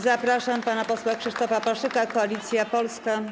Zapraszam pana posła Krzysztofa Paszyka, Koalicja Polska.